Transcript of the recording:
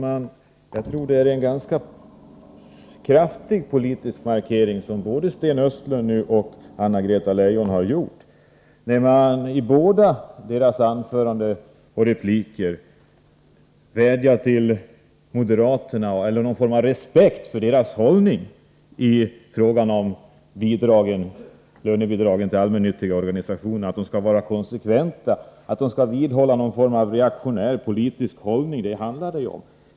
Herr talman! Det är en ganska kraftig politisk markering som gjorts av både Sten Östlund och Anna-Greta Leijon. De har i sina anföranden och repliker uttryckt någon form av respekt för moderaternas hållning i fråga om lönebidragen till de allmännyttiga organisationerna och sagt att moderaterna skall vara konsekventa. Det handlar ju om att de skall vidhålla en reaktionär politisk hållning.